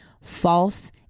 false